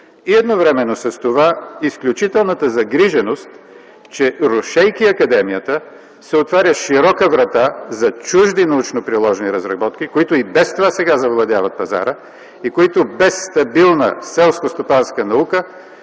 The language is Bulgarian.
и едновременно с това – изключителната загриженост, че, рушейки Академията, се отваря широка врата за чужди научно-приложни разработки, които и без това сега завладяват пазара и които без стабилна селскостопанска наука